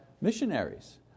missionaries